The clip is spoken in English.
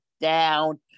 down